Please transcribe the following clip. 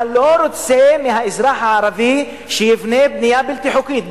אתה לא רוצה שהאזרח הערבי יבנה בנייה בלתי חוקית,